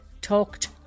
talked